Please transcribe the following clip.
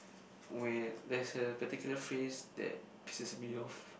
when there's a particular phrase that pisses me off